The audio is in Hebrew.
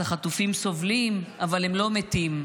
החטופים סובלים אבל הם לא מתים.